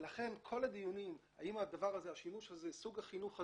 כל הדיונים אם השימוש הזה, אם סוג החינוך הזה,